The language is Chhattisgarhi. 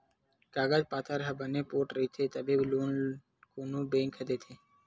कागज पाथर ह बने पोठ रइही तभे लोन कोनो बेंक ह देथे